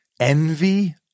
Envy